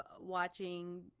watching